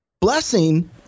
Blessing